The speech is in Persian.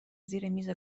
زیرمیز